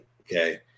okay